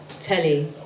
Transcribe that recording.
telly